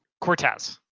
Cortez